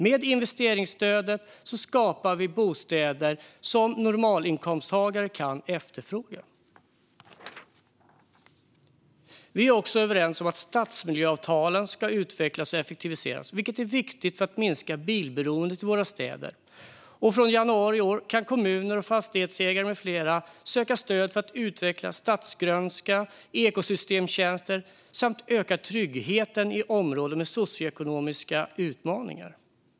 Med investeringsstödet skapar vi bostäder som normalinkomsttagare kan efterfråga. Vi är också överens om att stadsmiljöavtalen ska utvecklas och effektiviseras, vilket är viktigt för att minska bilberoendet i våra städer, och från januari i år kan kommuner, fastighetsägare med flera söka stöd för att utveckla stadsgrönska och ekosystemtjänster samt öka tryggheten i områden med socioekonomiska utmaningar.